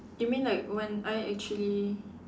you mean like when I actually